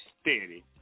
steady